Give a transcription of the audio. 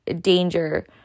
danger